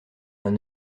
d’un